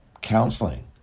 counseling